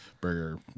burger